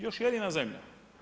Još jedina zemlja.